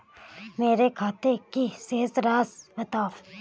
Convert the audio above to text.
मेरे खाते की शेष राशि बताओ?